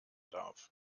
darf